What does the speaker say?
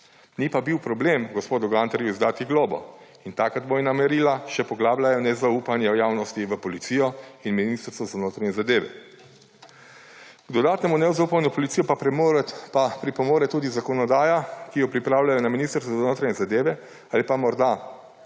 ni pa bil problem gospodu Gantarju izdati globe. In taka dvojna merila še poglabljajo nezaupanje javnosti v policijo in Ministrstvo za notranje zadeve. K dodatnemu nezaupanju policiji pa pripomore tudi zakonodaja, ki jo pripravljajo na Ministrstvu za notranje zadeve ali pa morda